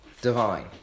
divine